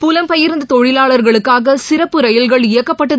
புலம்பெயர்ந்ததொழிலாளர்களுக்காகசிறப்பு ரயில்கள் இயக்கப்பட்டது